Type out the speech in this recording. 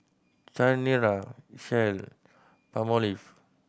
Chanira Shell Palmolive